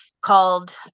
called